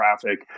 traffic